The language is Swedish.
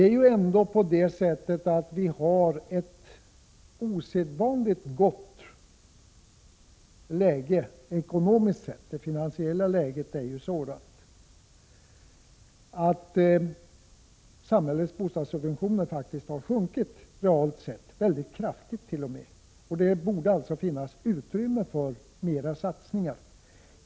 Vi har ändå ett osedvanligt gott läge ekonomiskt sett. Samhällets bostadssubventioner har faktiskt realt sett minskat rätt kraftigt. Det borde alltså finnas utrymme för mer satsningar.